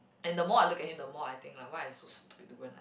and the more I look at him the more I think like why I so stupid to go and like